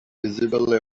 visible